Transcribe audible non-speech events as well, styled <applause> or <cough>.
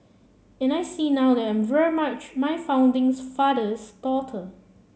and I see now that I'm very much my <unintelligible> father's daughter